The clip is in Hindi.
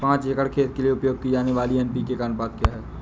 पाँच एकड़ खेत के लिए उपयोग की जाने वाली एन.पी.के का अनुपात क्या है?